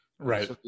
Right